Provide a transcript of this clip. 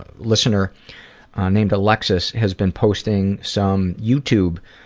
listener named alexis has been posting some youtube